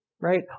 right